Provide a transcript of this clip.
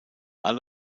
alle